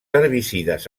herbicides